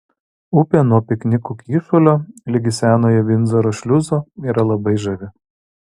upė nuo piknikų kyšulio ligi senojo vindzoro šliuzo yra labai žavi